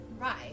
right